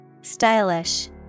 Stylish